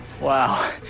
Wow